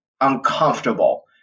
uncomfortable